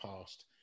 past